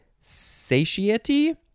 satiety